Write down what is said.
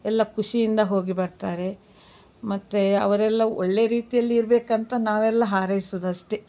ಎಲ್ಲ ಖುಷಿಯಿಂದ ಹೋಗಿ ಬರ್ತಾರೆ ಮತ್ತೆ ಅವರೆಲ್ಲ ಒಳ್ಳೆಯ ರೀತಿಯಲ್ಲಿ ಇರಬೇಕಂತ ನಾವೆಲ್ಲ ಹಾರೈಸೋದಷ್ಟೆ